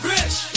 Rich